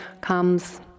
comes